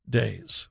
days